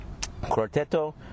Quarteto